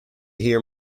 hear